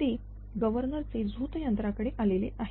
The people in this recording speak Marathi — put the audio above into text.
ते गव्हर्नर चे झोत यंत्रा कडे आलेले आहे